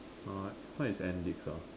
uh what is endix ah